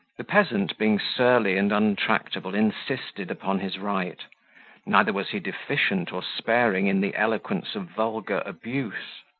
the peasant, being surly and untractable, insisted upon his right neither was he deficient or sparing in the eloquence of vulgar abuse.